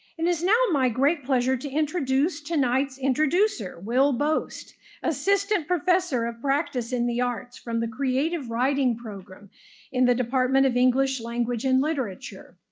it is now my great pleasure to introduce tonight's introducer, will boast assistant professor of practice in the arts from the creative writing program in the department of english language and literature.